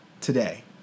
today